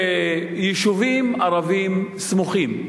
ביישובים ערביים סמוכים,